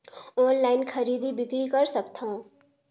Online खरीदी बिक्री कर सकथव?